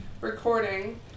recording